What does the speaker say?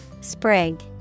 Sprig